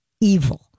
evil